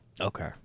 okay